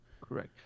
correct